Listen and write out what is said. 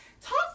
talk